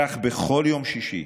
כך, בכל יום שישי,